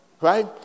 Right